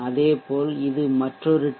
அதேபோல் இது மற்றொரு டி